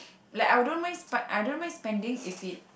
like I wouldn't mind sp~ I don't mind spending if it